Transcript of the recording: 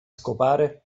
scopare